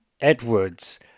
Edwards